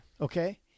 Okay